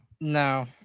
No